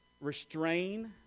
restrain